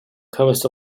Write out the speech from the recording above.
comest